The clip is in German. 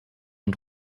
und